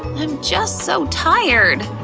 i'm just so tired.